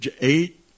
eight